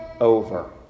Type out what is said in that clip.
over